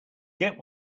get